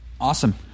Awesome